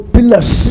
pillars